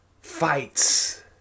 fights